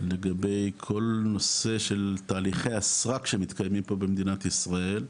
לגבי כל נושא של תהליכי הסרק שמתקיימים פה במדינת ישראל,